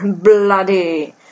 bloody